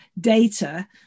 data